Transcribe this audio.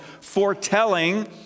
foretelling